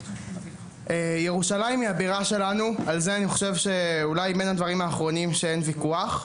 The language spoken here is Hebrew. אני חושב שזה אחד הדברים האחרונים שעליהם אין שום ויכוח,